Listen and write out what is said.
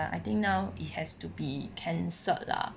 I think now it has to be cancelled lah